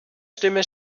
stimme